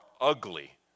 ugly